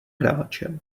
hráčem